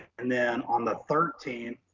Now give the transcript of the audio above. and then on the thirteenth,